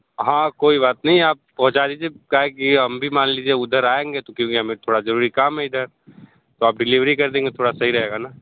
हाँ कोई बात नहीं आप पहुँचा दीजिए क्या है कि हम भी मान लीजिये उधर आयेंगे तो क्योंकि हमें थोड़ा जरूरी काम है इधर तो आप डिलिवरी कर देंगे थोड़ा सही रहेगा ना